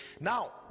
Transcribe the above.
now